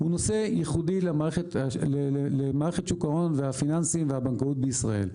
הוא נושא ייחודי למערכת שוק ההון והפיננסים והבנקאות בישראל.